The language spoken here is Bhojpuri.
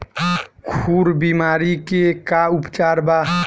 खुर बीमारी के का उपचार बा?